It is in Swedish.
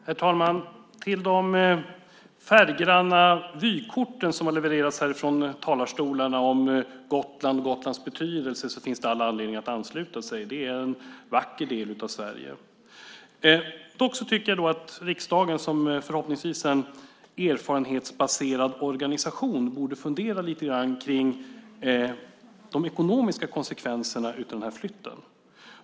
Herr talman! Det finns all anledning att ansluta sig till de färggranna vykort som har levererats härifrån talarstolarna om Gotland och Gotlands betydelse. Det är en vacker del av Sverige. Dock tycker jag att riksdagen, som förhoppningsvis är en erfarenhetsbaserad organisation, borde fundera lite grann på de ekonomiska konsekvenserna av flytten.